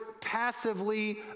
passively